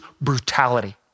brutality